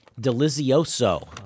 delizioso